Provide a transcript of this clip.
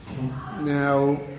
Now